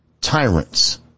tyrants